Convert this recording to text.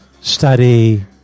Study